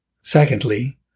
Secondly